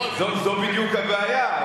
זו בדיוק הבעיה.